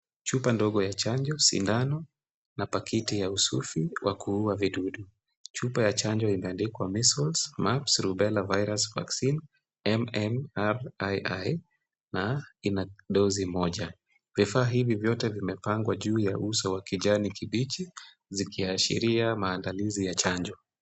Chupa ndogo ya chanjo sindano na pakiti ya usufi wa kuua vidudu ,chupa ya chanjo imeandikwa Measles, Mumps , Rubella Virus Vaccine MMRII na ina dozi moja, vifaa hivi vyote vimepangwa juu ya uso wa kijani kibichi zikiashiria maandalizi ya chanjo.